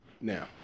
Now